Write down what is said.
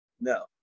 no